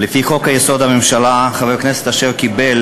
לפי חוק-יסוד: הממשלה, חבר כנסת אשר קיבל